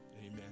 amen